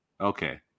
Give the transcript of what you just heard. Okay